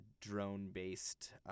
drone-based